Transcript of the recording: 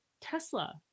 Tesla